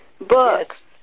books